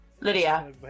Lydia